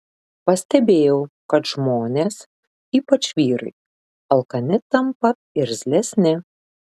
pastebėjau kad žmonės ypač vyrai alkani tampa irzlesni